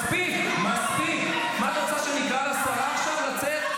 מספיק, מה את רוצה, שאני אקרא לשרה עכשיו לצאת?